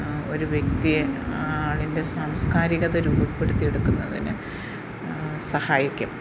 ഒരു വ്യക്തിയെ ആ ആളിൻ്റെ സാംസ്കാരികത രൂപപ്പെടുത്തിയെടുക്കുന്നതിന് സഹായിക്കും